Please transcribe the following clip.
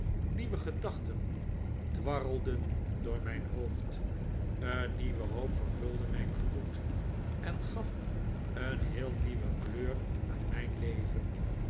nieuwe gedachten dwarrelden door mijn hoofd een nieuwe hoop vervulde mijn gemoed en gaf een heel nieuwe kleur aan mijn leven